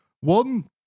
One